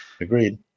Agreed